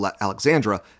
Alexandra